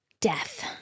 Death